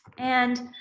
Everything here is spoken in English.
and,